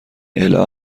الا